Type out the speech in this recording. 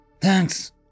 Thanks